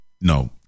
no